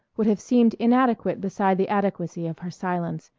would have seemed inadequate beside the adequacy of her silence,